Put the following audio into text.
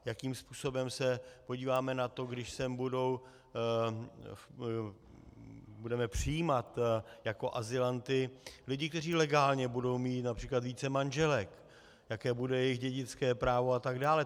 Jakým způsobem se podíváme na to, když sem budeme přijímat jako azylanty lidi, kteří legálně budou mít například více manželek, jaké bude jejich dědické právo atd.